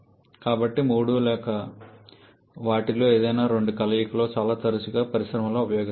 కాబట్టి మూడు లేదా మూడు లేదా వాటిలో ఏదైనా రెండింటి కలయిక లేదా చాలా తరచుగా పరిశ్రమలలో ఉపయోగిస్తారు